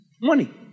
money